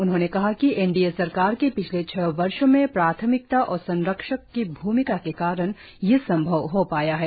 उन्होंने कहा कि एनडीए सरकार के पिछले छह वर्षों में प्राथमिकता और संरक्षक की भूमिका के कारण यह संभव हो पाया है